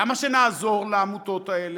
למה שנעזור לעמותות האלה?